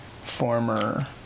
former